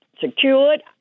secured